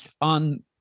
on